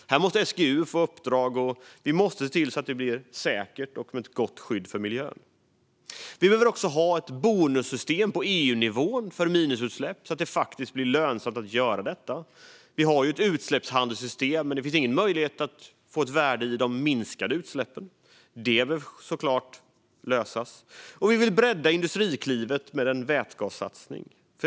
Här måste SGU få ett uppdrag, och vi måste se till att det sker säkert och med ett gott skydd för miljön. Vi behöver också ett bonussystem för minusutsläpp på EU-nivån så att det faktiskt blir lönsamt att göra detta. Vi har ett utsläppshandelssystem, men det finns ingen möjlighet att få ett värde i de minskade utsläppen. Det behöver såklart lösas. Vidare vill vi bredda Industriklivet med en vätgassatsning.